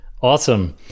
awesome